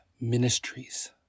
ministries